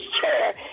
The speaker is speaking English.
chair